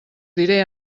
diré